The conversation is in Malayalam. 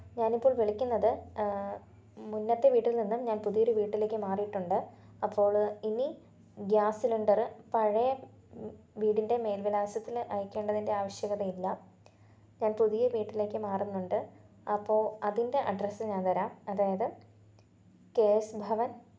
ഞാനിപ്പോള് വിളിക്കുന്നത് മുന്നത്തെ വീട്ടില്നിന്നും ഞാന് പുതിയൊരു വീട്ടിലേക്ക് മാറിയിട്ടുണ്ട് അപ്പോൾ ഇനി ഗ്യാസ് സിലണ്ടറ് പഴയ വീടിന്റെ മേല്വിലാസത്തിൽ അയക്കേണ്ടതിന്റെ ആവശ്യകത ഇല്ല ഞാന് പുതിയ വീട്ടിലേക്ക് മാറുന്നുണ്ട് അപ്പോൾ അതിന്റെ അഡ്രസ്സ് ഞാന് തരാം അതായത് കെ എസ് ഭവന്